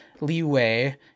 leeway